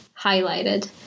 highlighted